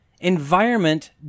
environment